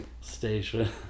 station